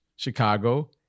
Chicago